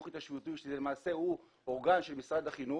התיישבותי שהוא שלוחה של משרד החינוך.